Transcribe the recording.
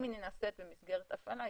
אם היא נעשית במסגרת הפעלה,